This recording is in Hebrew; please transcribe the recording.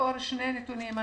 לאור שני נתונים.